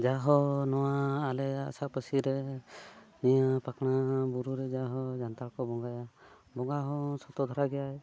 ᱡᱟᱦᱳ ᱱᱚᱣᱟ ᱟᱞᱮᱭᱟᱜ ᱟᱥᱟᱯᱟᱥᱤᱨᱮ ᱱᱤᱭᱟᱹ ᱯᱟᱠᱷᱱᱟ ᱵᱩᱨᱩ ᱨᱮ ᱡᱟᱦᱳ ᱡᱟᱱᱛᱷᱟᱲ ᱠᱚ ᱵᱚᱸᱜᱟᱭᱟ ᱵᱚᱸᱜᱟ ᱦᱚᱸ ᱥᱚᱛᱚ ᱫᱷᱟᱨᱟ ᱜᱮᱭᱟᱭ